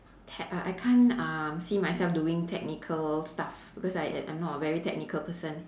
tech~ uh I can't uh see myself doing technical stuff because I I I'm not a very technical person